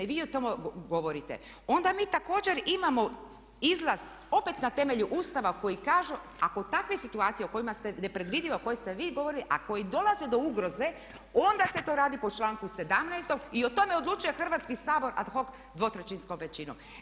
I vi o tome govorite, onda mi također imamo izlaz opet na temelju Ustava koji kaže ako takve situacije u kojima ste nepredvidivo koje ste vi govorili, a koji dolaze do ugroze onda se to radi po članku 17. i o tome odlučuje Hrvatski sabor ad hoc dvotrećinskom većinom.